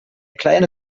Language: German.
kleine